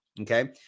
Okay